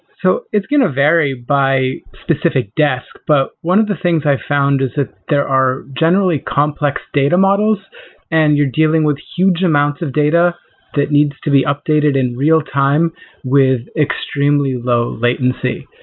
so it's going to vary by specific desk, but one of the things i found is that there are generally complex data models and you're dealing with huge amounts of data that needs to be updated in real time with extremely low latency.